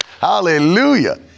Hallelujah